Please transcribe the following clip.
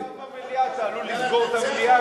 אם אין שר במליאה אתה עלול לסגור את המליאה.